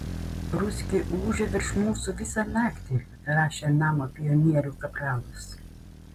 ruskiai ūžia virš mūsų visą naktį rašė namo pionierių kapralas